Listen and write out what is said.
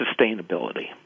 sustainability